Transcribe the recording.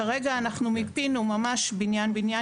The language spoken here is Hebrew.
כרגע מיפינו בניין-בניין,